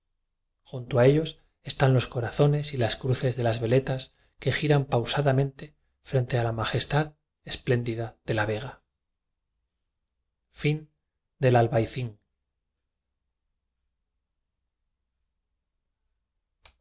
juntos a ellos están los corazones y las cruces de las veletas que giran pausadamente frente a la majestad espléndida de la vega